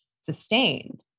sustained